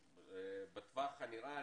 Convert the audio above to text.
אגיד מה עשינו עם פרוץ המשבר.